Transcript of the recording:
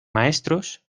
maestros